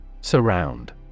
SURROUND